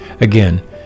Again